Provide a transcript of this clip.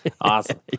Awesome